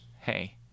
hey